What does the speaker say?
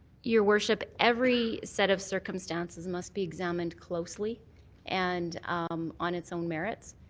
your worship, every set of circumstances must be examined closely and um on its own merits.